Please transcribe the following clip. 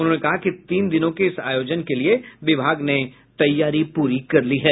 उन्होंने कहा कि तीन दिनों के इस आयोजन के लिए विभाग ने तैयारी पूरी कर ली है